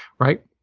right?